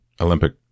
Olympic